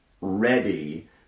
ready